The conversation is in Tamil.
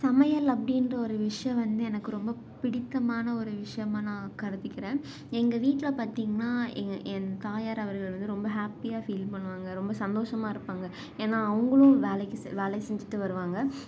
சமையல் அப்படின்ற ஒரு விஷயம் வந்து எனக்கு ரொம்ப பிடித்தமான ஒரு விஷயமா நான் கருதிக்கிறேன் எங்கள் வீட்டில் பார்த்தீங்கன்னா எங்கள் என் தாயார் அவர்கள் வந்து ரொம்ப ஹேப்பியாக ஃபீல் பண்ணுவாங்க ரொம்ப சந்தோஷமாக இருப்பாங்க ஏன்னால் அவங்களும் வேலைக்கு வேலை செஞ்சுட்டு வருவாங்க